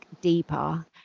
deeper